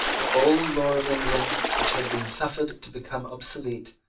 the old law of england, which had been suffered to become obsolete,